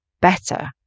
better